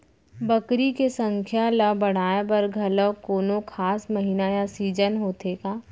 बकरी के संख्या ला बढ़ाए बर घलव कोनो खास महीना या सीजन होथे का?